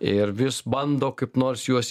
ir vis bando kaip nors juos